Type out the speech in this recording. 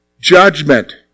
judgment